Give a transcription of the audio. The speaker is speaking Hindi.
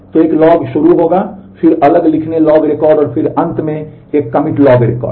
तो एक लॉग शुरू होगा फिर अलग लिखने लॉग रिकॉर्ड और फिर अंत में एक कमिट लॉग रिकॉर्ड